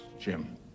Jim